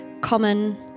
common